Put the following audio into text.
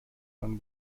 man